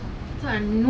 it's so cool leh